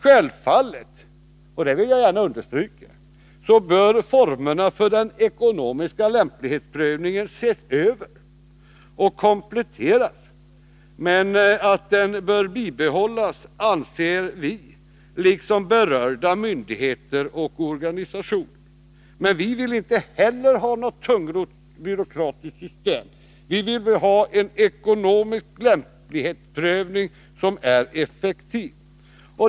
Självfallet bör — det vill vi gärna understryka — formerna för den ekonomiska lämplighetsprövningen ses över och kompletteras, men att den bör bibehållas anser vi liksom berörda myndigheter och organisationer. Men vi vill inte heller ha något tungrott byråkratiskt system. Vi vill ha en ekonomisk lämplighetsprövning, som är effektiv.